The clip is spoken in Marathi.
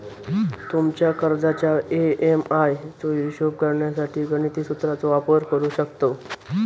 तुमच्या कर्जाच्या ए.एम.आय चो हिशोब करण्यासाठी गणिती सुत्राचो वापर करू शकतव